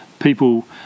people